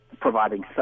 providing